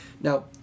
Now